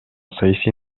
саясий